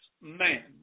man